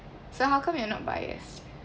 so how come you're not biased